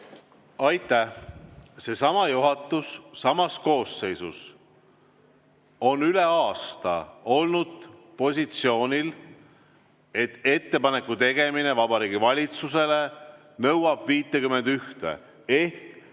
Aitäh! Seesama juhatus samas koosseisus on üle aasta olnud positsioonil, et ettepaneku tegemine Vabariigi Valitsusele nõuab 51